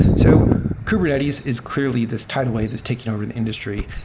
so kubernetes is clearly this tidal wave that's taken over the industry,